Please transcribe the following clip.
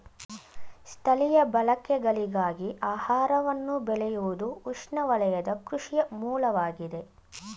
ಸ್ಥಳೀಯ ಬಳಕೆಗಳಿಗಾಗಿ ಆಹಾರವನ್ನು ಬೆಳೆಯುವುದುಉಷ್ಣವಲಯದ ಕೃಷಿಯ ಮೂಲವಾಗಿದೆ